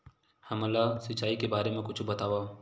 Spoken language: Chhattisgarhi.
हमन ला सिंचाई के बारे मा कुछु बतावव?